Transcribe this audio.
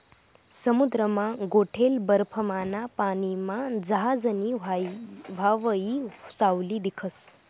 समुद्रमा गोठेल बर्फमाना पानीमा जहाजनी व्हावयी सावली दिखस